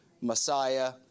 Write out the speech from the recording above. Messiah